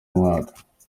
mwaka